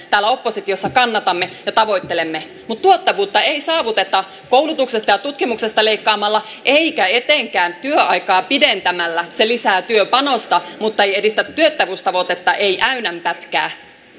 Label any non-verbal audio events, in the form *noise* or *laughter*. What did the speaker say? *unintelligible* täällä oppositiossa kannatamme ja tavoittelemme mutta tuottavuutta ei saavuteta koulutuksesta ja tutkimuksesta leikkaamalla eikä etenkään työaikaa pidentämällä se lisää työpanosta mutta ei edistä tuottavuustavoitetta ei äynän pätkää nyt